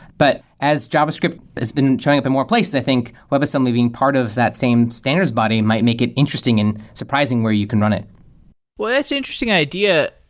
but as javascript has been showing up in more places, i think webassembly being part of that same standards body might make it interesting and surprising where you can run it well, interesting idea,